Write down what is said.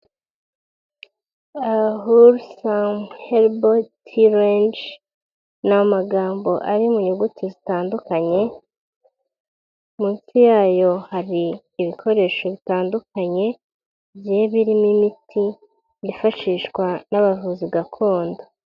A Wholesome Herbal tear Ange, ni amagambo ari mu nyuguti zitandukanye, munsi yayo hari ibikoresho bitandukanye, bigiye birimo imiti yifashishwa n'abavuzi gakondo.